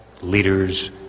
leaders